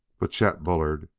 but chet bullard,